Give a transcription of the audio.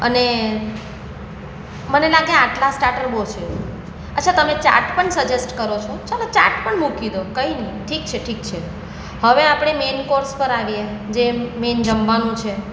અને મને લાગે આટલા સ્ટાર્ટર બહુ છે અચ્છા તમે ચાટ પણ સજેસ્ટ કરો છો ચાલો ચાટ પણ મૂકી દો કંઇ નહીં ઠીક છે ઠીક છે હવે આપણે મેન કોર્સ પર આવીએ જે મેન જમવાનું છે